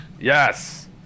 yes